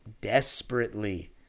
desperately